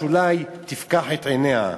שאולי תפקח את עיניה.